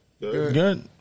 Good